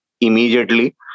immediately